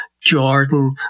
Jordan